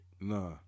Nah